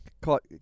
caught